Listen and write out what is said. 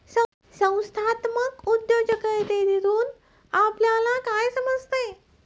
संस्थात्मक उद्योजकतेतून आपल्याला काय समजते?